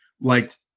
liked